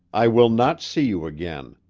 i will not see you again.